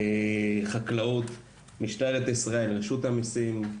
חקלאות, משטרת ישראל, רשות המיסים,